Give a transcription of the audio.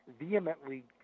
vehemently